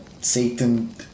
Satan